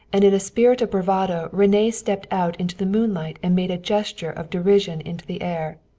and in a spirit of bravado rene stepped out into the moonlight and made a gesture of derision into the air.